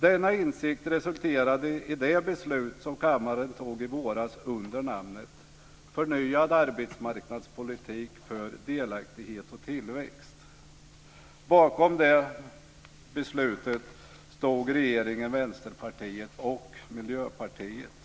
Denna insikt resulterade i det beslut som kammaren tog i våras, benämnd förnyad arbetsmarknadspolitik för delaktighet och tillväxt. Bakom det beslutet stod regeringen, Vänsterpartiet och Miljöpartiet.